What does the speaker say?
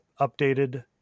updated –